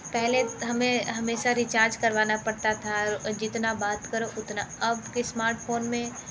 पहले हमें हमेशा रिचार्ज करवाना पड़ता था जितना बात करो उतना अब के स्मार्टफोन में